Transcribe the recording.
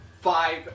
five